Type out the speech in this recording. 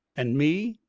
and me,